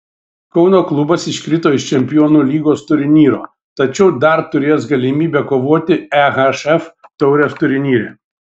kauno klubas iškrito iš čempionų lygos turnyro tačiau dar turės galimybę kovoti ehf taurės turnyre